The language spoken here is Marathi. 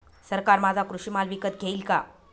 सरकार माझा कृषी माल विकत घेईल का?